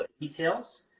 details